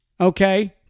okay